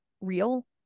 real